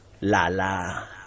Lala